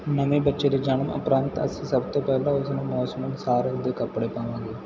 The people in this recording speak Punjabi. ਨਵੇਂ ਬੱਚੇ ਦੇ ਜਨਮ ਉਪਰੰਤ ਅਸੀਂ ਸਭ ਤੋਂ ਪਹਿਲਾਂ ਉਸਨੂੰ ਮੌਸਮ ਅਨੁਸਾਰ ਉਸਦੇ ਕੱਪੜੇ ਪਾਵਾਂਗੇ